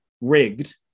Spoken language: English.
rigged